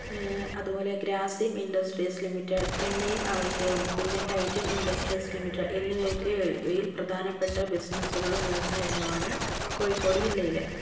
അതുപോലെ Grasim industries limited എണ്ണയും ആവശ്യവും പിന്നെ ടൈറ്റൻ ഇൻഡസ്ട്രീസ് ലിമിറ്റഡ് എന്നിവയൊക്കെ ഇവയിൽ പ്രധാനപ്പെട്ട ബിസിനസ്സുകളും വ്യവസായങ്ങളുമാണ് കോഴിക്കോട് ജില്ലയിൽ